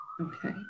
Okay